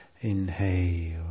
Inhale